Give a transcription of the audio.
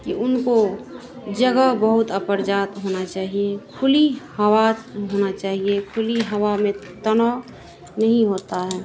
कि उनको जगह बहुत अपरजात होना चाहिए खुली हवा होना चाहिए खुली हवा में तनाव नहीं होता है